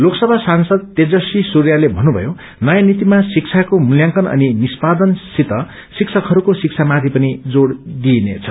लोकसभा सांसद तेजस्वी सूर्याले मन्नुमयो नयाँ नीतिमा शिक्षाको मूल्यांकन अनि निष्पादनसित शिक्षकहरूका शिक्षामाथि पनि जोड़ दिइएको छ